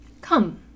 Come